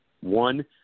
One